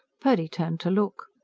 purdy turned to look.